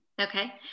okay